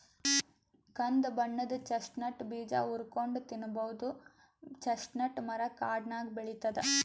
ಕಂದ್ ಬಣ್ಣದ್ ಚೆಸ್ಟ್ನಟ್ ಬೀಜ ಹುರ್ಕೊಂನ್ಡ್ ತಿನ್ನಬಹುದ್ ಚೆಸ್ಟ್ನಟ್ ಮರಾ ಕಾಡ್ನಾಗ್ ಬೆಳಿತದ್